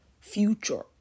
future